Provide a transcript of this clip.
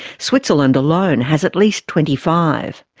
switzerland alone has at least twenty five.